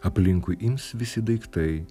aplinkui ims visi daiktai